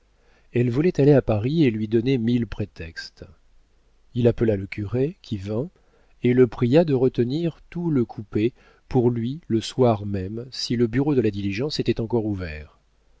elle voulait aller à paris et lui donnait mille prétextes il appela le curé qui vint et le pria de retenir tout le coupé pour lui le soir même si le bureau de la diligence était encore ouvert